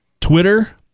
Twitter